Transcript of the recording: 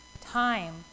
time